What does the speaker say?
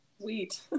sweet